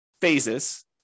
phases